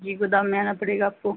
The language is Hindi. जी गोदाम में आना पड़ेगा आपको